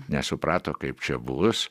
nesuprato kaip čia bus